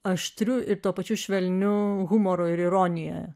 aštriu ir tuo pačiu švelniu humoru ir ironija